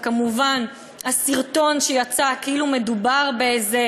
וכמובן הסרטון שיצא כאילו מדובר באיזו